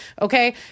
Okay